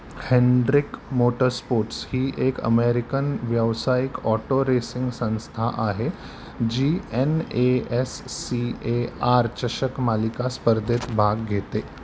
Hendrick Motorsports ही एक American व्यावसायिक ऑटो रेसिंग संस्था आहे जी N A S C A R चषक मालिका स्पर्धेत भाग घेते